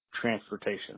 transportation